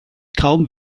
kaum